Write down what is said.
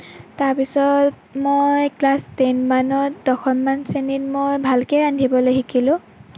তাৰ পিছত মই ক্লাছ টেনমানত দশমমান শ্ৰেণীত মই ভালকৈ ৰান্ধিবলৈ শিকিলোঁ